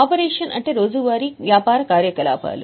operation అంటే రోజువారీ వ్యాపార కార్యకలాపాలు